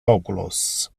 oculos